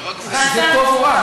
שזה טוב או רע?